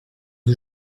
que